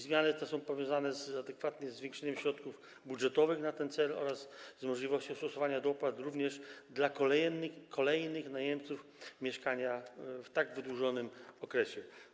Zmiany te są powiązane ze zwiększeniem środków budżetowych na ten cel oraz z możliwością stosowania dopłat również w przypadku kolejnych najemców mieszkania w tym wydłużonym okresie.